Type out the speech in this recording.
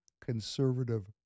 conservative